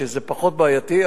שזה פחות בעייתי,